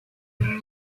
ivan